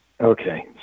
Okay